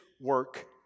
work